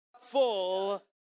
full